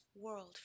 world